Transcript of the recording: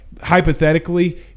hypothetically